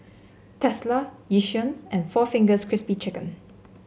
Tesla Yishion and four Fingers Crispy Chicken